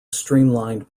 streamlined